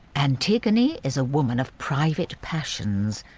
antigone is a woman of private passions,